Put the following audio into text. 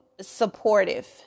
supportive